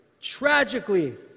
tragically